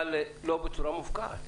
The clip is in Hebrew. אבל לא בצורה מופקעת.